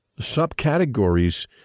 subcategories